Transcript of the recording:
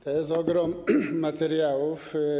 To jest ogrom materiałów.